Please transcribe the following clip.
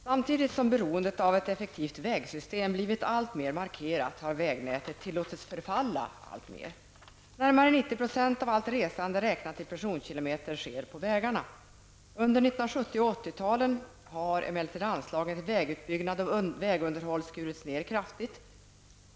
Herr talman! Samtidigt som beroendet av ett effektivt vägsystem blivit alltmer markerat har vägnätet tilåtits förfalla alltmer. Närmare 90 % av allt resande räknat i personkilometer sker på vägarna. Under 1970 och 1980-talen har emellertid anslagen till vägutbyggnad och vägunderhåll skurits ner kraftigt.